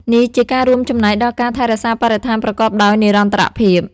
នេះជាការរួមចំណែកដល់ការថែរក្សាបរិស្ថានប្រកបដោយនិរន្តរភាព។